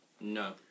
No